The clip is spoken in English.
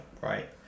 right